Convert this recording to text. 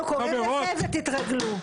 לזה, ותתרגלו.